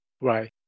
Right